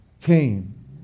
came